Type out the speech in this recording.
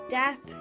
death